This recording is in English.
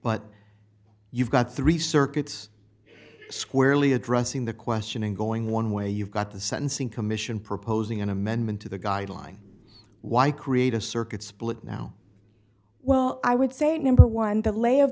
but you've got three circuits squarely addressing the question in going one way you've got the sentencing commission proposing an amendment to the guideline why create a circuit split now well i would say number one the lay of